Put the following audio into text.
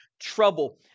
trouble